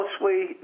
Mostly